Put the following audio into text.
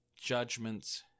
judgment's